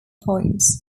points